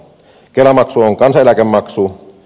kelamaksu on kansaneläkemaksu